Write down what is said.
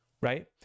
right